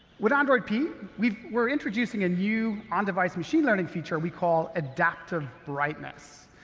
with android p, we were introducing a new on-device machine learning feature we call adaptive brightness.